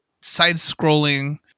side-scrolling